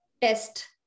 test